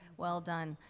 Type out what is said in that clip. well done.